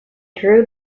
drew